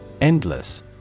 Endless